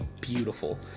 beautiful